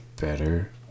better